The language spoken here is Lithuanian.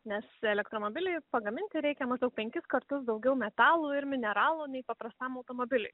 nes elektromobiliui pagaminti reikia maždaug penkis kartus daugiau metalų ir mineralų nei paprastam automobiliui